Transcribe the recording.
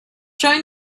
join